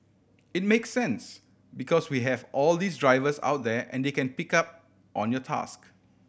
it makes sense because we have all these drivers out there and they can pick up on your task